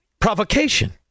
provocation